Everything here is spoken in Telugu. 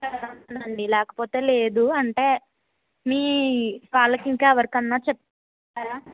అప్లై చేస్తామండీ లేకపోతే లేదు అంటే మీ వాళ్ళకింకా ఎవరికైనా చెప్తారా